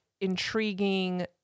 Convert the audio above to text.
intriguing